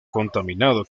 contaminado